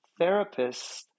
therapists